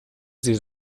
sie